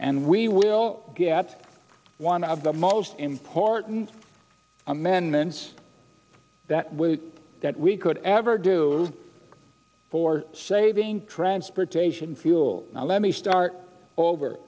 and we will get one of the most important amendments that will that we could ever do for saving transportation fuel let me start over